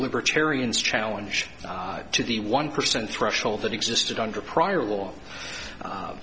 libertarians challenge to the one percent threshold that existed under prior law